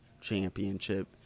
championship